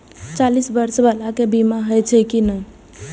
चालीस बर्ष बाला के बीमा होई छै कि नहिं?